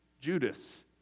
Judas